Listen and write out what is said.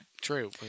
True